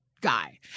Guy